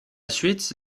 suite